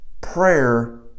Prayer